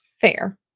Fair